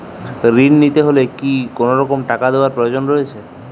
ঋণ নিতে হলে কি কোনরকম টাকা দেওয়ার প্রয়োজন রয়েছে?